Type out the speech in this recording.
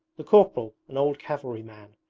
the corporal, an old cavalry man,